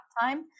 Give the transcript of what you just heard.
time